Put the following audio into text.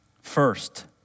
first